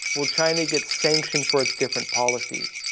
will china get sanction for its different policies?